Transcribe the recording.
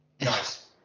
Nice